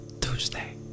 Tuesday